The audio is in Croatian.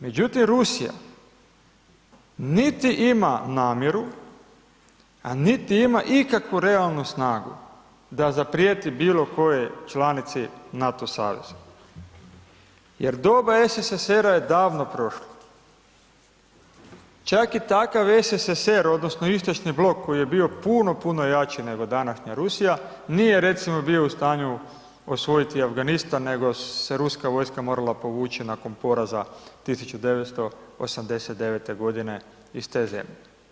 Međutim, Rusija, niti ima namjeru, niti ima ikakvu realnu snagu da zaprijeti bilo kojoj članici NATO saveza jer doba SSSR-a je davno prošlo, čak i takav SSSR odnosno Istočni blok koji je bio puno, puno jači nego današnja Rusija, nije recimo bio u stanju osvojiti Afganistan, nego se ruska vojska morala povući nakon poraza 1989.g. iz te zemlje.